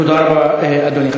תודה רבה, אדוני.